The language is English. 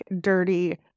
dirty